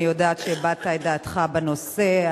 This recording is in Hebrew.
אני יודעת שהבעת את דעתך בנושא,